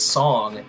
song